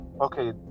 okay